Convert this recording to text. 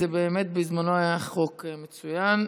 זה באמת, בזמנו, היה חוק מצוין.